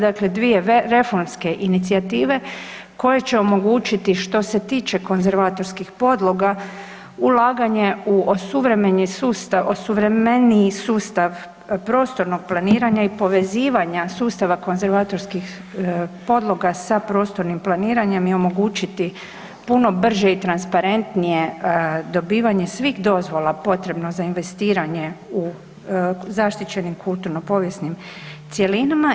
Dakle, dvije reformske inicijative koje će omogućiti što se tiče konzervatorskih podloga ulaganje u osuvremeniji sustav prostornog planiranja i povezivanja sustava konzervatorskih podloga sa prostornim planiranjem i omogućiti puno brže i transparentnije dobivanje svih dozvola potrebno za investiranje u zaštićenim kulturno-povijesnim cjelinama.